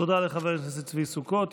תודה לחבר הכנסת צבי סוכות.